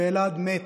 ואלעד מת.